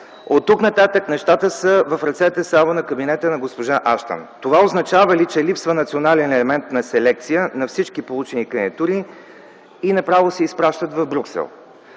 „Оттук нататък нещата са в ръцете само на кабинета на госпожа Аштън.” Това означава ли, че липсва национален елемент на селекция на всички получени кандидатури и те направо се изпращат в Брюксел?